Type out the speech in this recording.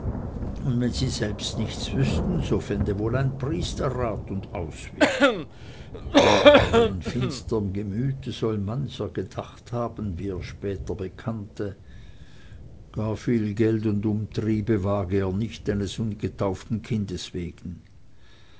und wenn sie selbst nichts wüßten so fände wohl ein priester rat und ausweg aber in finsterm gemüte soll mancher gedacht haben wie er später bekannte gar viel geld und umtriebe wage er nicht eines ungetauften kindes wegen